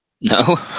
No